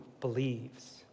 believes